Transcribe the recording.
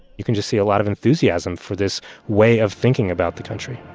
you can just see a lot of enthusiasm for this way of thinking about the country.